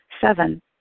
Seven